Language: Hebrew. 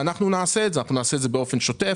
ואנחנו נעשה את זה באופן שוטף,